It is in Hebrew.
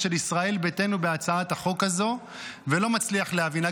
של ישראל ביתנו בהצעת החוק הזו ולא מצליח להבין.